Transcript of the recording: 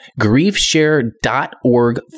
griefshare.org